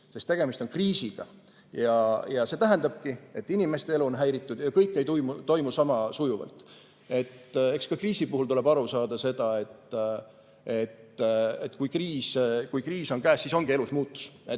Sest tegemist on kriisiga ja see tähendabki, et inimeste elu on häiritud ja kõik ei toimu sama sujuvalt. Eks ka kriisi puhul tuleb aru saada, et kui kriis on käes, siis ongi elus muutus,